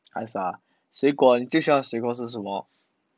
ask ah 水果你最喜欢水果是什么